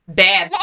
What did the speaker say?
bad